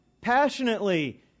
passionately